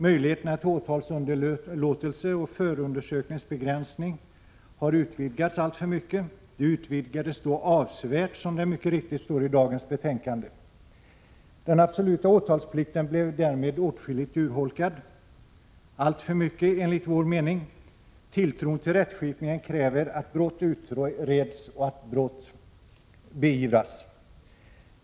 Möjligheterna till åtalsunderlåtelse och förundersökningsbegränsning har utvidgats alltför mycket. De utvidgades då avsevärt, som det mycket riktigt står i dagens betänkande. Den absoluta åtalsplikten blev därmed åtskilligt urholkad — enligt vår mening alltför mycket. Tilltron till rättskipningen kräver att brott utreds och att brott beivras.